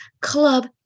club